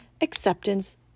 acceptance